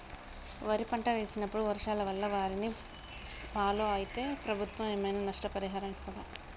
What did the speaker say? వరి పంట వేసినప్పుడు వర్షాల వల్ల వారిని ఫాలో అయితే ప్రభుత్వం ఏమైనా నష్టపరిహారం ఇస్తదా?